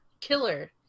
killer